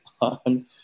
on